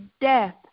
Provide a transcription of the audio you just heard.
death